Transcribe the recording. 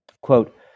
Quote